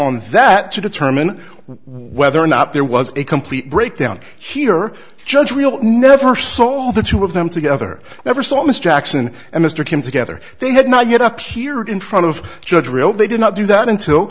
on that to determine whether or not there was a complete breakdown here judge real never saw the two of them together ever saw mr jackson and mr came together they had not yet up here in front of judge real they did not do that until